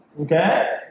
Okay